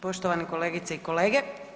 Poštovane kolegice i kolege.